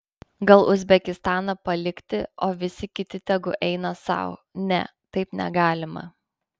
gal uzbekistaną palikti o visi kiti tegu eina sau ne taip negalima